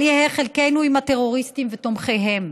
אל יהא חלקנו עם הטרוריסטים ותומכיהם.